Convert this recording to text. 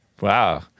Wow